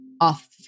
off